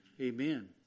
Amen